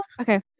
Okay